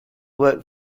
work